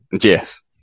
Yes